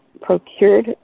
procured